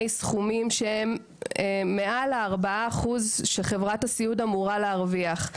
סכומים שהם מעל ה-4% שחברת הסיעוד אמורה להרוויח.